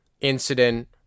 Incident